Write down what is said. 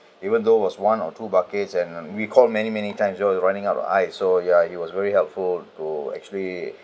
even though it was one or two buckets and we called many many times we always running out of ice so ya he was very helpful to actually